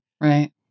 Right